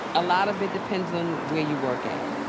a lot of it depends on where you work at.